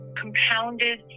compounded